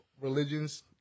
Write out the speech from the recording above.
religions